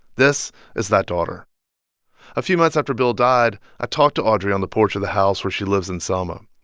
this is that daughter a few months after bill died, i talked to audrey on the porch of the house where she lives in selma,